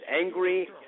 angry